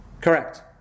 Correct